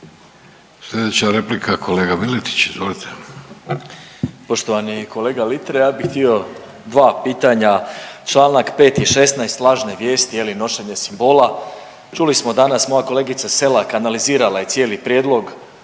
Sljedeća replika kolega Miletić, izvolite.